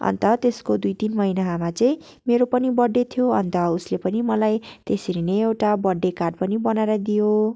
अन्त त्यसको दुइ तिन महिनामा चाहिँ मेरो पनि बर्थडे थियो अन्त उसले पनि मलाई त्यसरी नै एउटा बर्थडे कार्ड पनि बनाएर दियो